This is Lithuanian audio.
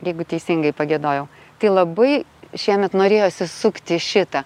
jeigu teisingai pagiedojau tai labai šiemet norėjosi sukti šitą